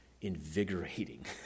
invigorating